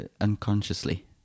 unconsciously